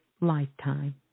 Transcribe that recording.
lifetime